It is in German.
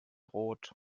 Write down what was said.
rot